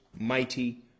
mighty